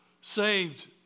saved